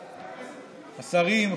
השרים,